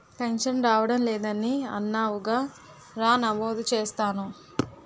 pension రావడం లేదని అన్నావుగా రా నమోదు చేస్తాను